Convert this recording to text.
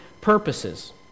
purposes